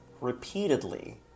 repeatedly